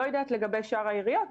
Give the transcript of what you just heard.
לא יודעת לגבי שאר העיריות,